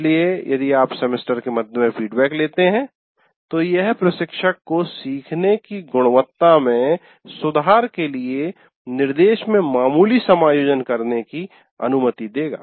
इसलिए यदि आप सेमेस्टर के मध्य में फीडबैक लेते हैं तो यह प्रशिक्षक को सीखने की गुणवत्ता में सुधार के लिए निर्देश में मामूली समायोजन करने की अनुमति देगा